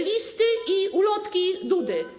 listy i ulotki Dudy.